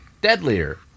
deadlier